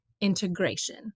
integration